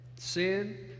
sin